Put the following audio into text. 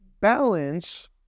balance